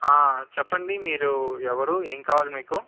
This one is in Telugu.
చెప్పండి మీరు ఎవరు ఏం కావాలి మీకు